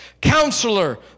Counselor